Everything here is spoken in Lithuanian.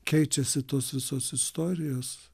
keičiasi tos visos istorijos